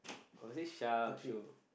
was it Shah or Shu